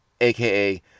aka